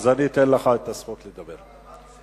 אז אני אתן לך את הזכות לדבר אחריה.